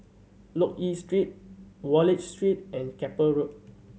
Loke Yew Street Wallich Street and Keppel Road